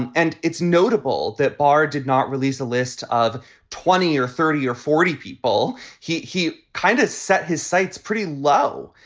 and and it's notable that barr did not release a list of twenty or thirty or forty people. he he kind of set his sights pretty low.